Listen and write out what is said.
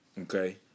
Okay